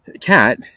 Cat